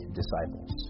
disciples